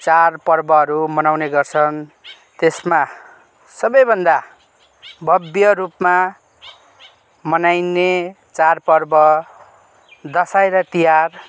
चाड पर्बहरू मनाउने गर्छन् त्यसमा सबैभन्दा भव्य रूपमा मनाइने चाड पर्व दसैँ र तिहार